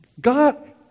God